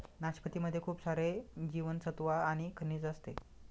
नाशपती मध्ये खूप सारे जीवनसत्त्व आणि खनिज असते